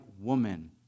woman